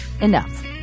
enough